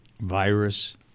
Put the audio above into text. virus